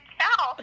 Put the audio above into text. tell